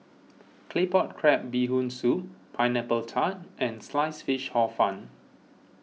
Claypot Crab Bee Hoon Soup Pineapple Tart and Sliced Fish Hor Fun